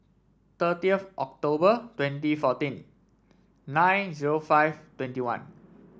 thirtieth October twenty fourteen nine zero five twenty one